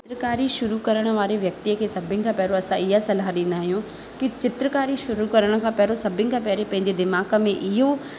चित्रकारी शुरू करणु वारे व्यक्तिअ खे असां सभिनि खां पहिरियों इहा सलाह ॾींदा आहियूं की चित्रकारी शुरू करण खां पहिरियों सभिनि खां पहिरियों पंहिंजे दिमाग़ में इहो